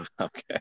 Okay